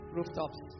Rooftops